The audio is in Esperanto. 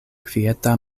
kvieta